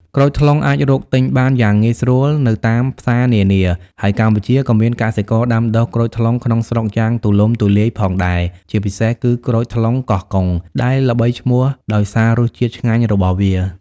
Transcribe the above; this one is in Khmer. ក្រូចថ្លុងអាចរកទិញបានយ៉ាងងាយស្រួលនៅតាមផ្សារនានា ហើយកម្ពុជាក៏មានកសិករដាំដុះក្រូចថ្លុងក្នុងស្រុកយ៉ាងទូលំទូលាយផងដែរ ជាពិសេសគឺ ក្រូចថ្លុងកោះកុង ដែលល្បីឈ្មោះដោយសាររសជាតិឆ្ងាញ់របស់វា។